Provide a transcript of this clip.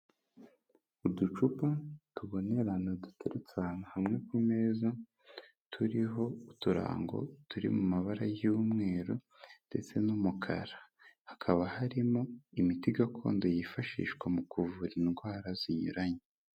Uducupa tubonerana duteretse ahantu hamwe ku meza, turiho uturango turi mu mabara y'umweru ndetse n'umukara, hakaba harimo imiti gakondo yifashishwa mu kuvura indwara zinyuranye.